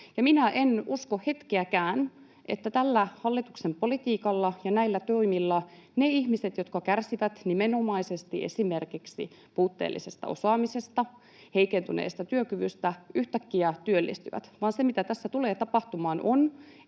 Minä en usko hetkeäkään, että tällä hallituksen politiikalla ja näillä toimilla ne ihmiset, jotka kärsivät nimenomaisesti esimerkiksi puutteellisesta osaamisesta tai heikentyneestä työkyvystä, yhtäkkiä työllistyvät, vaan se, mitä tässä tulee tapahtumaan, on